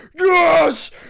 yes